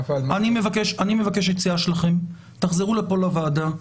אני מבקש יציאה שלכם, תחזרו לוועדה.